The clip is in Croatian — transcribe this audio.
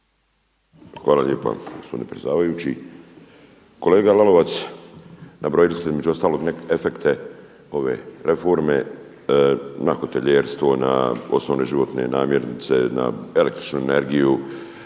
Hvala lijepa gospodine predsjedavajući. Kolega Lalovac, nabrojili ste između ostalog neke efekte ove reforme na hotelijerstvo, na osnovne životne namirnice, na električnu energiju